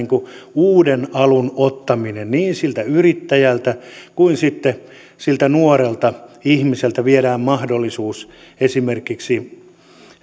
uuden alun ottaminen siltä yrittäjältä ja viedään siltä nuorelta ihmiseltä mahdollisuus esimerkiksi